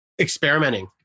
experimenting